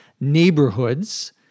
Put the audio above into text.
neighborhoods